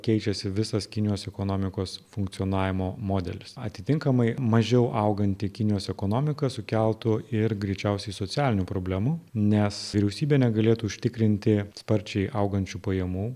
keičiasi visas kinijos ekonomikos funkcionavimo modelis atitinkamai mažiau auganti kinijos ekonomika sukeltų ir greičiausiai socialinių problemų nes vyriausybė negalėtų užtikrinti sparčiai augančių pajamų